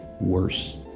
worse